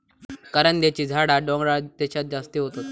करांद्याची झाडा डोंगराळ देशांत जास्ती होतत